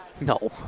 No